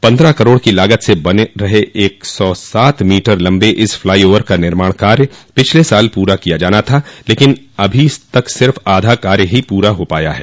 पन्द्रह करोड़ की लागत से बन रहे एक सौ सात मीटर लम्बे इस फ्लाई ओवर का निर्माण कार्य पिछले साल पूरा किया जाना था लेकिन अभी तक सिर्फ़ आधा काम ही पूरा हो पाया है